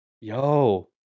yo